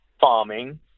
farming